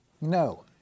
No